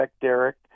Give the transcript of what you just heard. Derek